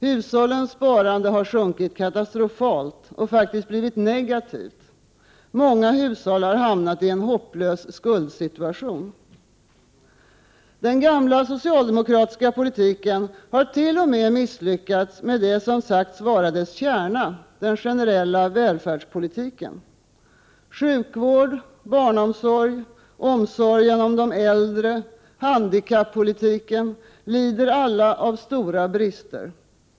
Hushållens sparande har sjunkit katastrofalt och faktiskt blivit negativt. Många hushåll har hamnat i en hopplös skuldsituation. Den gamla socialdemokratiska politiken har t.o.m. misslyckats med det som sagts vara dess kärna, den generella välfärdspolitiken. Sjukvård, barnomsorg, omsorgen om de äldre, handikappolitiken lider av stora brister.